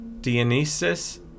Dionysus